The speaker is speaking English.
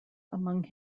among